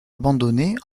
abandonnée